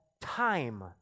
time